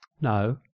no